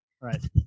Right